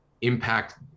impact